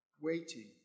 waiting